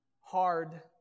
hard